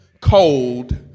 cold